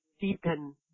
deepen